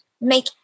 Make